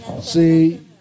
See